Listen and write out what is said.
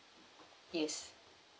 yes